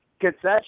Concession